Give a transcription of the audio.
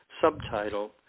subtitle